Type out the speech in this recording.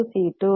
எனவே எஃப்